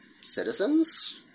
Citizens